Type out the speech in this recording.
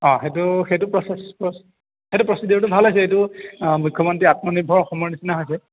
অঁ সেইটো সেইটো প্ৰচেছ সেইটো প্ৰচিডিয়ৰটো ভাল হৈছে এইটো মুখ্যমন্ত্ৰী আত্মনিৰ্ভৰ অসমৰ নিচিনা হৈছে